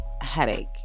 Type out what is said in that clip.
headache